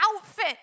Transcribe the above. outfit